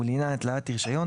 ולעניין התליית רישיון,